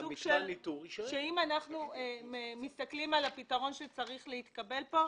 שאם אנחנו מסתכלים על הפתרון שצריך להתקבל פה,